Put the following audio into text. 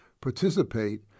participate